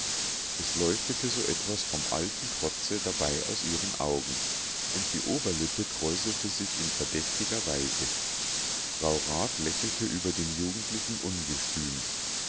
es leuchtete so etwas vom alten trotze dabei aus ihren augen und die oberlippe kräuselte sich in verdächtiger weise frau rat lächelte über den jugendlichen ungestüm